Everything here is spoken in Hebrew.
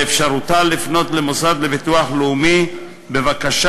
באפשרותה לפנות למוסד לביטוח לאומי בבקשה